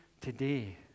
today